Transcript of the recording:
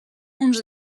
uns